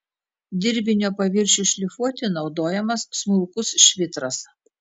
dirbinio paviršiui šlifuoti naudojamas smulkus švitras